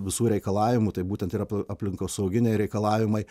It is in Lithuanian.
visų reikalavimų tai būtent yra aplinkosauginiai reikalavimai